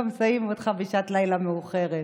לא מזהים אותך בשעת לילה מאוחרת.